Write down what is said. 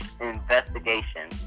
investigation